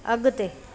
अगि॒ते